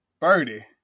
Birdie